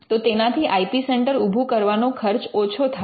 તો તેનાથી I P centre ઉભુ કરવાનો ખર્ચ ઓછો થાય